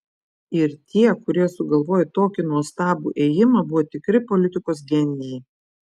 ir tie kurie sugalvojo tokį nuostabų ėjimą buvo tikri politikos genijai